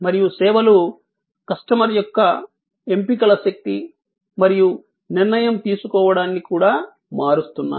మరియు సేవలు కస్టమర్ యొక్క ఎంపికల శక్తి మరియు నిర్ణయం తీసుకోవడాన్ని కూడా మారుస్తున్నాయి